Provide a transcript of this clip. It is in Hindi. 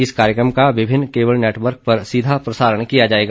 इस कार्यक्रम का विभिन्न कैबल नेटवर्क पर सीधा प्रसारण किया जाएगा